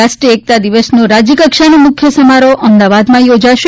રાષ્ટ્રીય એકતા દિવસનો રાજયકક્ષાનો મુખ્ય સમારોહ અમદાવાદમાં યોજાશે